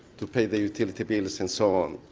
to pay the utility bills and so on.